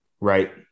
Right